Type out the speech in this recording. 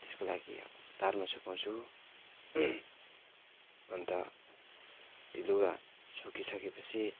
त्यसको लागि अब तारमा सुकाउँछु अन्त त्यो लुगा सुकिसके पछि